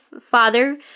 father